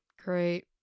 Great